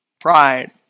Pride